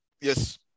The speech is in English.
Yes